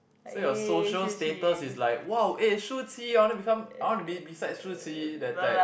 so your social status is like !wow! eh shu qi I wanna become I wanna be beside shu qi that type